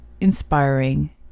inspiring